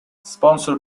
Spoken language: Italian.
sponsor